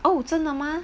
oh 真的吗